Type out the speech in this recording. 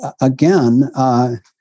again